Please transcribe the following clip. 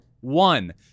one